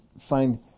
find